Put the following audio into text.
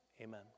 Amen